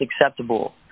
acceptable